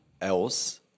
else